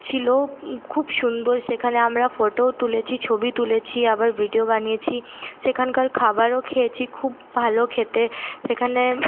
ছিলো খুব সুন্দর সেখানে আমরা ফোটো ও তুলেছি ছবি তুলেছি আবার ভিডিয়ো বানিয়েছি সেখানকার খাবারও খেয়েছি খুব ভালো খেতে সেখানে